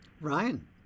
Ryan